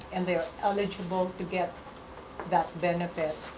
and they are eligible to get that benefit.